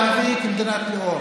חוק-יסוד: המיעוט הערבי כמדינת לאום: